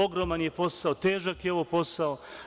Ogroman je posao, težak je ovo posao.